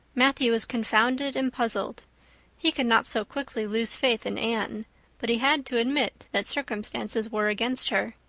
matthew was confounded and puzzled he could not so quickly lose faith in anne but he had to admit that circumstances were against her.